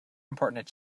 important